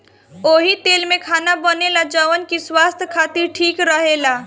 ओही तेल में खाना बनेला जवन की स्वास्थ खातिर ठीक रहेला